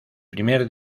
primer